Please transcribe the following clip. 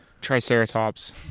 Triceratops